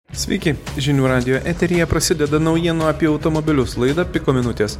sveiki žinių radijo eteryje prasideda naujienų apie automobilius laida piko minutės